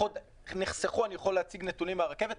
אני יכול להציג נתונים מהרכבת.